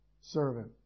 servant